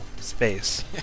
space